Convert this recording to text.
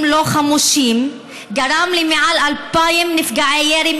לא חמושים גרמה למעל 2,000 נפגעי ירי,